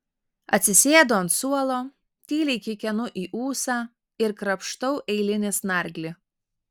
atsisėdu ant suolo tyliai kikenu į ūsą ir krapštau eilinį snarglį